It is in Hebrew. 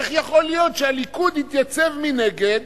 איך יכול להיות שהליכוד התייצב מנגד